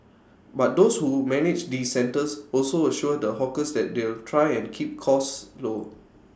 but those who manage these centres also assure the hawkers that they'll try and keep costs low